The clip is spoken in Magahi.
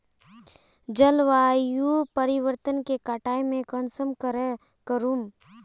जलवायु परिवर्तन के कटाई में कुंसम करे करूम?